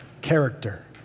character